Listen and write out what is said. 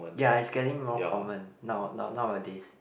ya it's getting more common now now nowadays